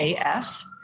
AF